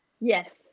Yes